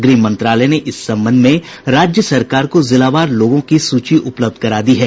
गृह मंत्रालय ने इस संबंध में राज्य सरकार को जिलावार लोगों की सूची उपलब्ध करा दी है